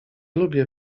lubię